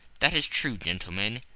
that is true, gentlemen,